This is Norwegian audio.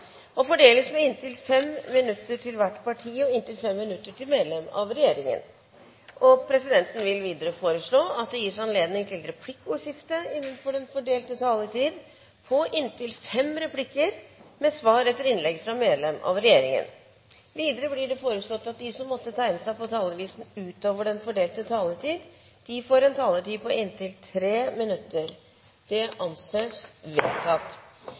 og fordeles med inntil 5 minutter til hvert parti og inntil 5 minutter til medlem av regjeringen. Videre vil presidenten foreslå at det gis anledning til replikkordskifte på inntil fem replikker med svar etter innlegg fra medlem av regjeringen innenfor den fordelte taletid. Videre blir det foreslått at de som måtte tegne seg på talerlisten utover den fordelte taletid, får en taletid på inntil 3 minutter. – Det anses vedtatt.